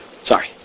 Sorry